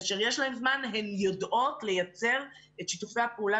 כאשר יש להן זמן הן יודעות לייצר את שיתופי הפעולה